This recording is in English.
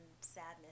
sadness